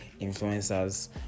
influencers